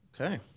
Okay